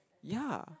ya